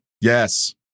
Yes